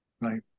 Right